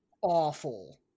awful